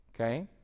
Okay